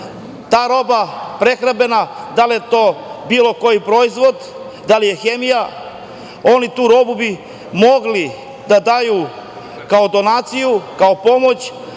ta roba prehrambena, da li je to bilo koji proizvod, da li je hemija, oni tu robu bi mogli da daju, kao donaciju, kao pomoć